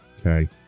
Okay